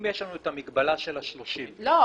אם יש לנו את המגבלה של ה-30 --- לא.